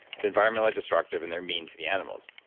it's environmentally destructive. and they're mean to the animals.